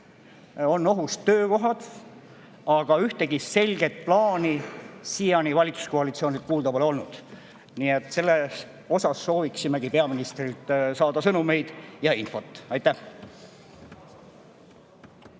on ohus töökohad, aga ühtegi selget plaani valitsuskoalitsioonilt siiani kuulda pole olnud. Nii et selle kohta sooviksimegi peaministrilt saada sõnumeid ja infot. Aitäh!